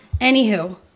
anywho